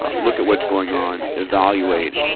ah look at what is going on, evaluate,